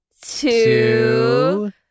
two